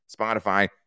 Spotify